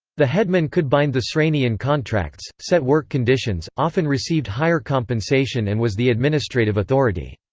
the headman could bind the sreni in contracts, set work conditions, often received higher compensation and was the administrative authority.